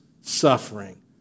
suffering